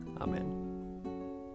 Amen